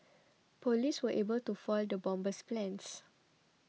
police were able to foil the bomber's plans